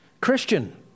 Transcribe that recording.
Christian